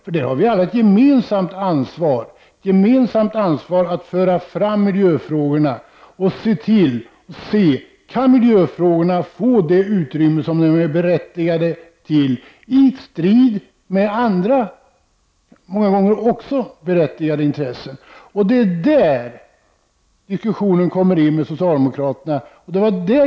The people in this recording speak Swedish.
Vi har alla gemensamt ansvar för att föra fram miljöfrågorna och se om inte miljöfrågorna kan få det utrymme som är berättigat, i strid med andra många gånger också berättigade intressen. Det är där diskussionen med socialdemokraterna kommer in.